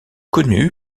connue